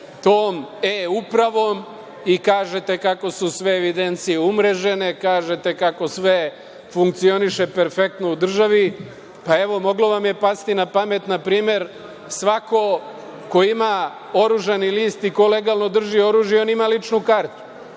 tom e-Upravom i kažete kako su sve evidencije umrežene, kažete kako sve funkcioniše perfektno u državi, pa evo, moglo vam je pasti na pamet, na primer, svako ko ima oružani list i ko legalno drži oružje, on ima ličnu kartu.